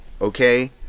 Okay